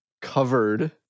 covered